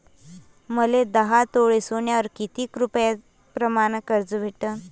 मले दहा तोळे सोन्यावर कितीक रुपया प्रमाण कर्ज भेटन?